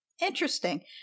Interesting